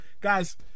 guys